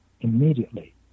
immediately